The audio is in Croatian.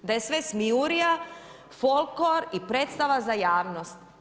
Da je sve smijurija, folklor i predstava za javnost.